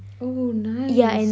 oh nice